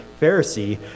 Pharisee